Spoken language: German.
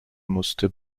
musste